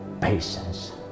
patience